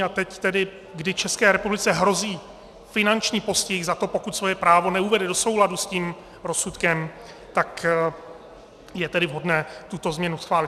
A teď, kdy České republice hrozí finanční postih za to, pokud svoje právo neuvede do souladu s tím rozsudkem, tak je tedy vhodné tuto změnu schválit.